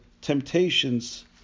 temptations